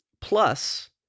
Plus